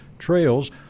trails